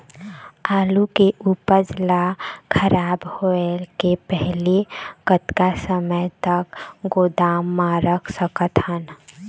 आलू के उपज ला खराब होय के पहली कतका समय तक गोदाम म रख सकत हन?